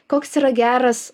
koks yra geras